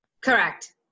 Correct